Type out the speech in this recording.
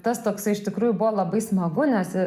tas toksai iš tikrųjų buvo labai smagu nes